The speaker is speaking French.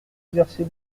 exercez